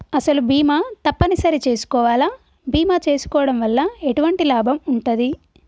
అసలు బీమా తప్పని సరి చేసుకోవాలా? బీమా చేసుకోవడం వల్ల ఎటువంటి లాభం ఉంటది?